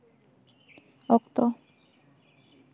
ᱚᱠᱛᱚ